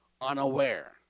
unaware